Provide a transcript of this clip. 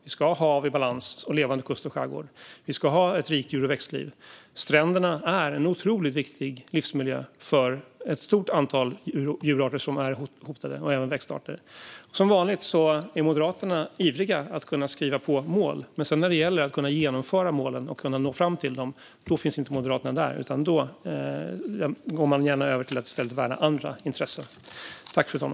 Vi ska ha hav i balans och levande kust och skärgård. Vi ska ha ett rikt djur och växtliv. Stränderna är en otroligt viktig livsmiljö för ett stort antal djurarter och även växtarter som är hotade. Som vanligt är Moderaterna ivriga att skriva på mål, men när det sedan gäller att genomföra målen och nå fram till dem finns Moderaterna inte där, utan då går de gärna över till att i stället värna andra intressen.